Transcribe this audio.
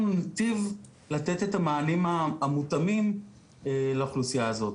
ניטיב לתת את המענים המותאמים לאוכלוסייה הזאת.